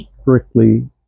strictly